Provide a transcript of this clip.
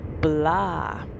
blah